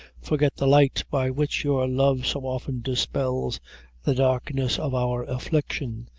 forget the light by which your love so often dispels the darkness of our affliction,